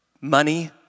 money